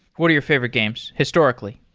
what are your favorite games historically?